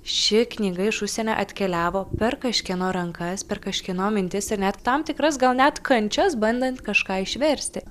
ši knyga iš užsienio atkeliavo per kažkieno rankas per kažkieno mintis ir net tam tikras gal net kančias bandant kažką išversti